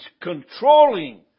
controlling